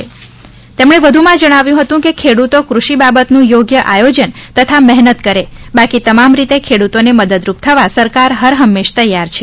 મંત્રીશ્રીએ વધુમાં જણાવ્યું હતું કે ખેડૂતો કૃષિ બાબતનું યોગ્ય આયોજન તથા મહેનત કરે બાકી તમામ રીતે ખેડૂતોને મદદરૂપ થવા સરકાર હર હંમેશ તૈયાર છે